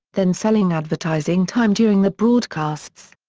then selling advertising time during the broadcasts.